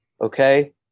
okay